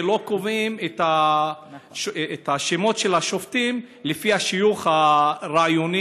ולא קובעים את השמות של השופטים לפי השיוך הרעיוני,